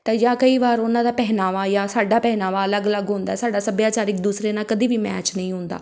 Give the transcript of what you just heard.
ਅਤੇ ਜਾਂ ਕਈ ਵਾਰ ਉਹਨਾਂ ਦਾ ਪਹਿਰਾਵਾ ਜਾਂ ਸਾਡਾ ਪਹਿਰਾਵਾ ਅਲੱਗ ਅਲੱਗ ਹੁੰਦਾ ਸਾਡਾ ਸੱਭਿਆਚਾਰਿਕ ਦੂਸਰੇ ਨਾਲ ਕਦੇ ਵੀ ਮੈਚ ਨਹੀਂ ਹੁੰਦਾ